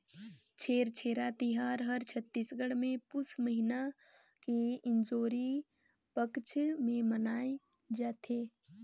छेरछेरा तिहार हर छत्तीसगढ़ मे पुस महिना के इंजोरी पक्छ मे मनाए जथे